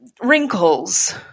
wrinkles